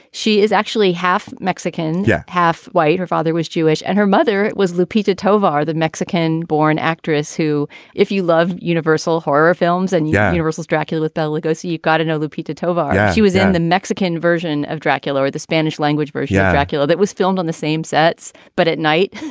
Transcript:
she is actually half mexican yeah half white. her father was jewish and her mother was lupita tovar the mexican born actress who if you love universal horror films and yes yeah universal dracula with bela lugosi you've got to know lupita tovar. she was in the mexican version of dracula or the spanish language version of dracula that was filmed on the same sets. but at night.